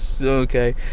okay